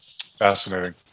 Fascinating